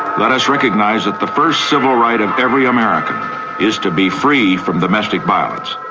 let us recognise that the first civil right of every american is to be free from domestic violence.